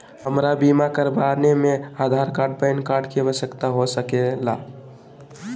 हमरा बीमा कराने में आधार कार्ड पैन कार्ड की आवश्यकता हो सके ला?